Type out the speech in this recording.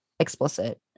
explicit